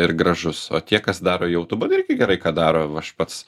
ir gražus o tie kas daro į jutubą irgi gerai ką daro aš pats